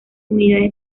unidades